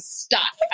stuck